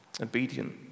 obedient